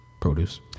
produce